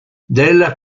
della